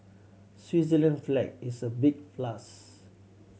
Switzerland flag is a big plus